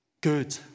good